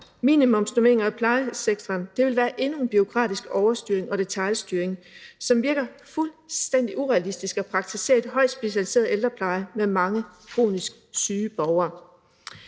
Minimumsnormeringer i plejesektoren vil være endnu en bureaukratisk overstyring og detailstyring, som virker fuldstændig urealistisk at praktisere i en højt specialiseret ældrepleje med mange kronisk syge borgere.